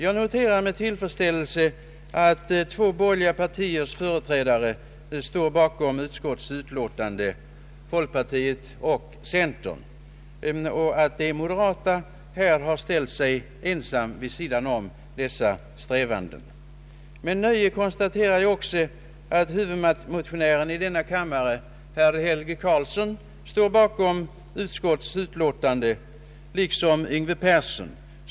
Jag noterar med tillfredsställelse att två borgerliga partiers företrädare står bakom utskottets hemställan, folkpar tiets och centerpartiets ledamöter. De moderata har ställt sig ensamma vid sidan av dessa strävanden. Med glädje konstaterar jag också att huvudmotionären i denna kammare, herr Helge Karlsson, står bakom utskottets hemställan liksom herr Yngve Persson.